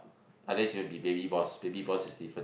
unless you want to be Baby-Boss Baby-Boss is different